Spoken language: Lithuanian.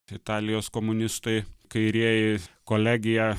italijos komunistai kairieji kolegiją